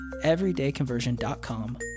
everydayconversion.com